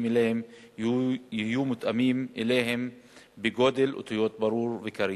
אליהם יהיו מותאמים אליהם בגודל אותיות ברור וקריא.